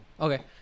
Okay